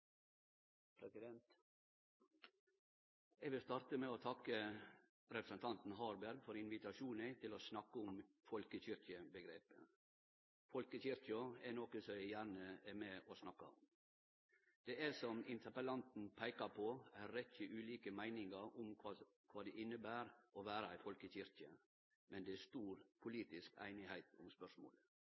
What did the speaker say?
vil starte med å takke representanten Harberg for invitasjonen til å snakke om folkekyrkjeomgrepet. Folkekyrkja er noko eg gjerne er med og snakkar om. Det er, som interpellanten peikar på, ei rekkje ulike meiningar om kva det inneber å vere ei folkekyrkje. Men det er stor politisk einigheit om spørsmålet.